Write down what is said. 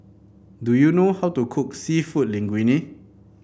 do you know how to cook seafood Linguine